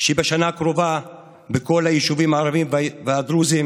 שבשנה הקרובה בכל היישובים הערביים והדרוזיים